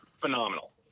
phenomenal